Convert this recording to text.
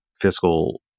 fiscal